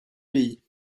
pays